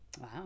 wow